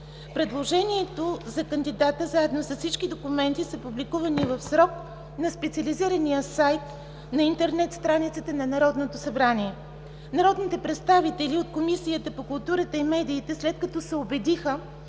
Предложението за кандидата, заедно с всички документи са публикувани в срок на специализирания сайт на интернет страницата на Народното събрание. Народните представители от Комисията по културата и медиите, след като се убедиха